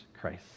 Christ